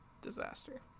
Disaster